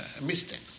mistakes